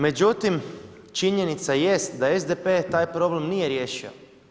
Međutim, činjenica jest da SDP taj problem nije riješio.